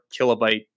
kilobyte